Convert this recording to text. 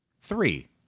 three